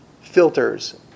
filters